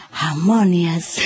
harmonious